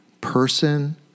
person